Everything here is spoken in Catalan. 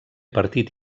partit